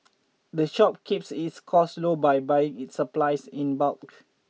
the shop keeps its costs low by buying its supplies in bulk